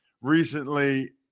recently